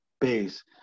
base